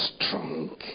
strong